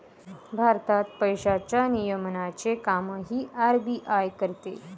भारतात पैशांच्या नियमनाचे कामही आर.बी.आय करते